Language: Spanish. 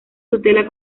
tutela